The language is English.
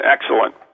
excellent